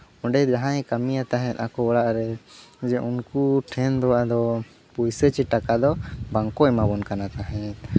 ᱚᱸᱰᱮ ᱡᱟᱦᱟᱸᱭ ᱠᱟᱹᱢᱤᱭᱟ ᱛᱟᱦᱮᱱ ᱟᱠᱚ ᱚᱲᱟᱜ ᱨᱮ ᱡᱮ ᱩᱱᱠᱩ ᱴᱷᱮᱱ ᱫᱚ ᱟᱫᱚ ᱯᱩᱭᱥᱟᱹ ᱥᱮ ᱴᱟᱠᱟ ᱫᱚ ᱵᱟᱝᱠᱚ ᱮᱢᱟ ᱵᱚᱱ ᱠᱟᱱᱟ ᱛᱟᱦᱮᱸᱫ